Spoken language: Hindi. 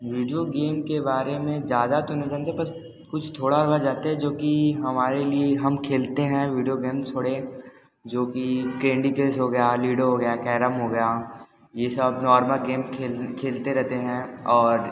विडियो गेम के बारे में ज़्यादा तो नहीं जानते बस कुछ थोड़ा बहोत जानते हैं जो की हमारे लिए हम खेलते हैं विडियो गेम थोड़े जो कि केंडी क्रश हो गया लिडो हो गया कैरम हो गया ये सब नॉर्मल गेम खेल खेलते रेहते हैं और